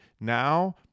now